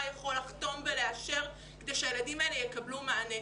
יכול לחתום ולאשר כדי שהילדים האלה יקבלו מענה.